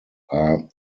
are